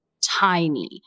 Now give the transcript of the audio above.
tiny